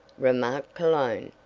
remarked cologne,